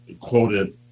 quoted